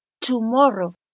Tomorrow